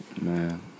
Man